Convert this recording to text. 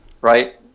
right